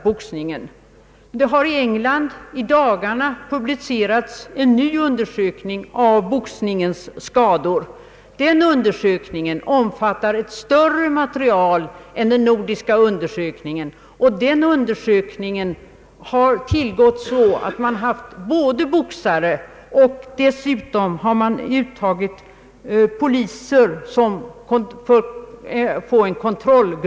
Just i England har i dagarna publicerats en ny undersökning om boxningens skador. Undersökningen omfattar större material än den nordiska och har tillgått så att det i den ingått en kontrollgrupp av poliser.